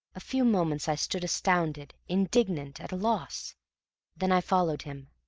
a few moments i stood astounded, indignant, at a loss then i followed him.